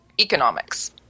economics